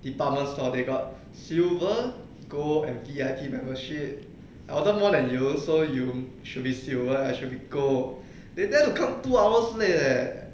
department store they got silver gold and V_I_P membership I order more than you so you should be silver I should be gold they dare to come two hours late leh